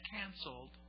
canceled